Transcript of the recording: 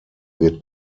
wird